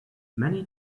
many